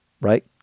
right